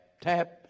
tap